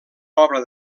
obra